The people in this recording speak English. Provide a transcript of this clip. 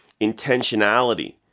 intentionality